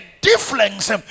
difference